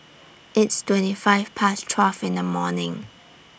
its twenty five Past twelve in The afternoon